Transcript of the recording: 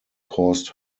caused